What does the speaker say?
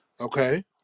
Okay